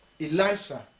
Elijah